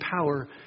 power